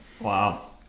Wow